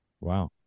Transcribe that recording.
Wow